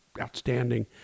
outstanding